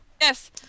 Yes